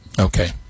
Okay